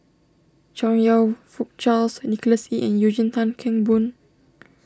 Chong You Fook Charles Nicholas Ee and Eugene Tan Kheng Boon